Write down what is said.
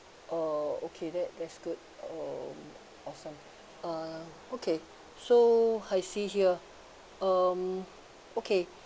uh okay that that's good um awesome uh okay so I see here um okay